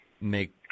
make